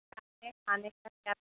खाने खाने का क्या